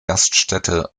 gaststätte